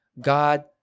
God